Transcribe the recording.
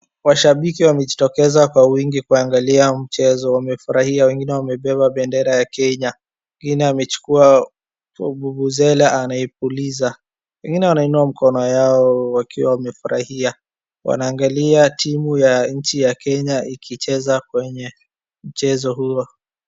Washabiki wamejitokeza kwa wingi kuangalia mchezo. Wamefurahia wengine wamebeba bendera ya Kenya. Mwingine amechukua vuvuzela anaipuliza. Wengine wanainua mkono yao wakiwa wamefurahia. Wanaangalia timu ya nchi ya Kenya ikicheza kwenye mchezo huo.